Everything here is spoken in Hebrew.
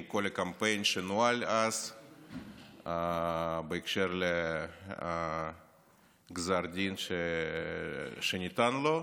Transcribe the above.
עם כל הקמפיין שנוהל אז בקשר לגזר הדין שניתן לו.